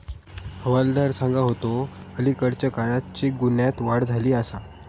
हवालदार सांगा होतो, अलीकडल्या काळात चेक गुन्ह्यांत वाढ झाली आसा